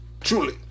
Truly